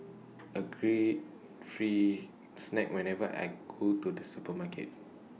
agree free snacks whenever I go to the supermarket